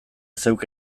zeuk